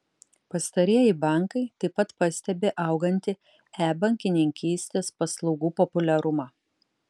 pastarieji bankai taip pat pastebi augantį e bankininkystės paslaugų populiarumą